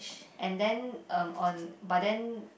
and then uh on but then